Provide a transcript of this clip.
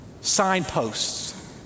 Signposts